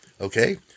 okay